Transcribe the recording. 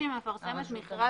כשהיא מפרסמת מכרז,